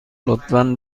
لطفا